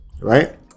right